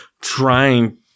Trying